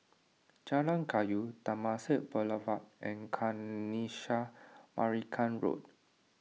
Jalan Kayu Temasek Boulevard and Kanisha Marican Road